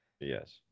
yes